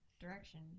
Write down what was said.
direction